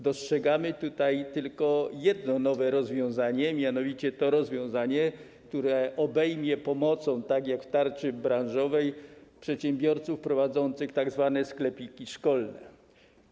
Dostrzegamy tylko jedno nowe rozwiązanie, mianowicie to rozwiązanie, które obejmie pomocą, tak jak w tarczy branżowej, przedsiębiorców prowadzących tzw. sklepiki szkolne.